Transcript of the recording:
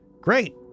great